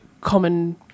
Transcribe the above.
common